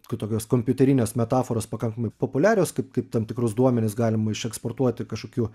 kitokios kompiuterinės metaforos pakankamai populiarios kaip tam tikrus duomenis galima išeksportuoti kažkokiu